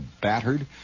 battered